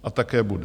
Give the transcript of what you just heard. A také bude.